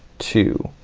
two,